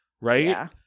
right